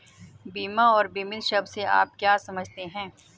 बीमा और बीमित शब्द से आप क्या समझते हैं?